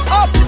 up